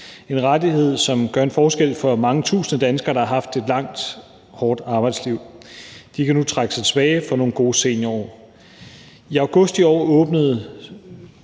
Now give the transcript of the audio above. en rettighed, som gør en forskel for mange tusinde danskere, der har haft et langt, hårdt arbejdsliv. De kan nu trække sig tilbage og få nogle gode seniorår. I august i år åbnede